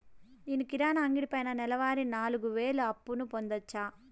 నేను కిరాణా అంగడి పైన నెలవారి నాలుగు వేలు అప్పును పొందొచ్చా?